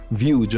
view